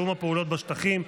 תיאום הפעולות בשטחים,